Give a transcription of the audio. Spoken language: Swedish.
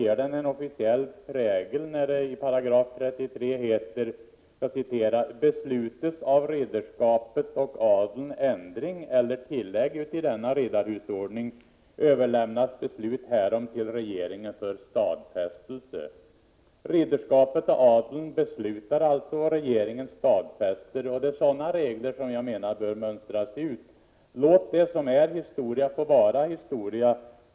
Det ger den officiell prägel när det i 33 § heter: ”Beslutes av ridderskapet och adeln ändring eller tillägg uti denna riddarhusordning, överlämnas beslutet därom till regeringen för stadfästelse.” Ridderskapet och adeln beslutar alltså, och regeringen stadfäster. Det är sådana regler som jag menar bör mönstras ut. Låt det som är historia få vara historia!